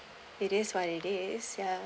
it is what it is ya